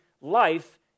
life